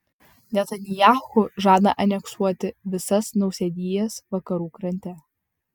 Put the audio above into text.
netanyahu žada aneksuoti visas nausėdijas vakarų krante